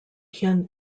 tien